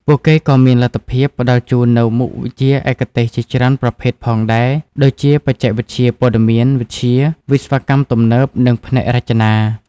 ពួកគេក៏មានលទ្ធភាពផ្តល់ជូននូវមុខវិជ្ជាឯកទេសជាច្រើនប្រភេទផងដែរ ដូចជាបច្ចេកវិទ្យាព័ត៌មានវិទ្យា វិស្វកម្មទំនើប និងផ្នែករចនា។